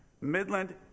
Midland